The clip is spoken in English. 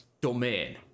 domain